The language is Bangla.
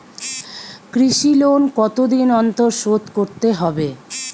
কৃষি লোন কতদিন অন্তর শোধ করতে হবে?